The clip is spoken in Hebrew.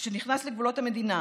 כשהוא נכנס לגבולות המדינה,